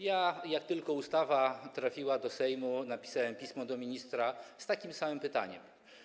Jak tylko ustawa trafiła do Sejmu, napisałem pismo do ministra z takim samym pytaniem.